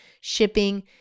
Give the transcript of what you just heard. shipping